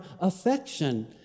affection